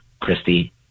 Christy